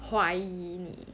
怀疑你